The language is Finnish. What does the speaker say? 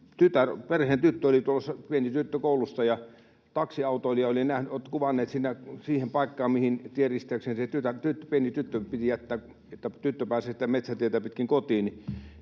perheen tyttö, oli tulossa, pieni tyttö, koulusta ja taksiautoilija oli nähnyt ja kuvannut siihen paikkaan, mihin tienristeykseen se tytär, pieni tyttö, piti jättää, että tyttö pääsee sitä metsätietä pitkin kotiin.